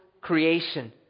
creation